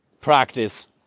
practice